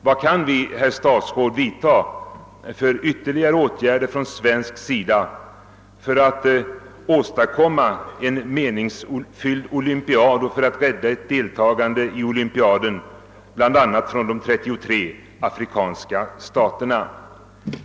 Vad kan vi, herr statsråd, vidta för ytterligare åtgärder från svensk sida för att åstadkomma en meningsfylld olympiad och för att rädda ett deltagande från bl.a. de 33 afrikanska staterna?